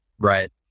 Right